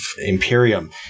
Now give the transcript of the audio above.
Imperium